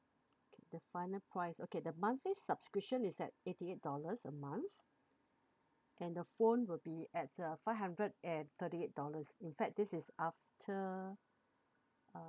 okay the final price okay the monthly subscription is at eighty eight dollars a month and the phone will be at uh five hundred and thirty eight dollars in fact this is after uh